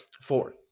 Four